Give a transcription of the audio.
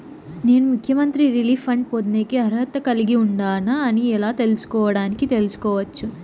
నేను ముఖ్యమంత్రి relief fund పొందేకి అర్హత కలిగి ఉండానా అని ఎలా తెలుసుకోవడానికి తెలుసుకోవచ్చు